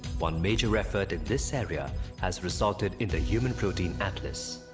one major effort in this area has resulted in the human protein atlas.